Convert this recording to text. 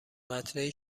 قطرهای